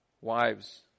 wives